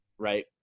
Right